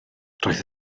roedd